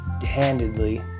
handedly